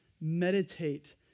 meditate